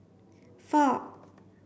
four